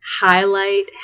highlight